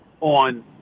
on